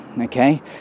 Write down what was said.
okay